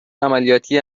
عملیاتی